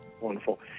Wonderful